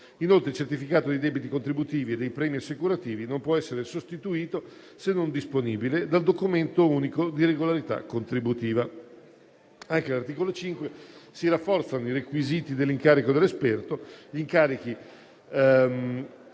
Inoltre, il certificato dei debiti contributivi e dei premi assicurativi non può essere sostituito, se non disponibile, dal documento unico di regolarità contributiva. Anche all'articolo 5 si rafforzano i requisiti dell'incarico dell'esperto;